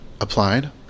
applied